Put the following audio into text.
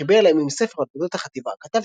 שחיבר לימים ספר על תולדות החטיבה כתב